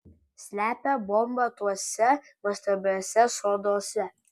slepia bombą tuose nuostabiuose soduose